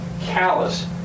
callous